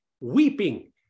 Weeping